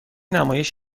نمایش